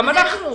גם אנחנו.